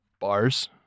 Bars